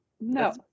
no